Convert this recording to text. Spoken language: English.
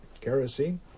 Kerosene